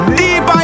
deep